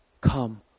come